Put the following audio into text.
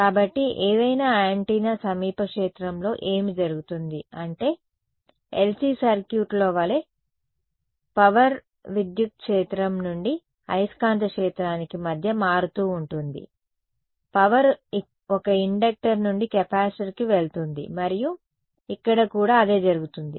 కాబట్టి ఏదైనా యాంటెన్నా సమీప క్షేత్రంలో ఏమి జరుగుతుంది అంటే LC సర్క్యూట్లో వలె పవర్ విద్యుత్ క్షేత్రం నుండి అయస్కాంత క్షేత్రానికి మధ్య మారుతూ ఉంటుంది పవర్ ఒక ఇండక్టర్ నుండి కెపాసిటర్కు వెళుతుంది మరియు ఇక్కడ కూడా అదే జరుగుతుంది